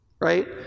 right